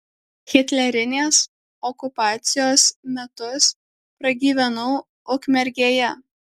hitlerinės okupacijos metus pragyvenau ukmergėje